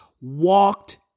walked